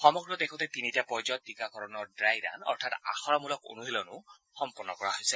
সমগ্ৰ দেশতে তিনিটা পৰ্যায়ত টীকাকৰণৰ ড্ৰাই ৰান অৰ্থাৎ আখৰামূলক অনুশীলনো সম্পন্ন কৰা হৈছে